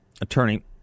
attorney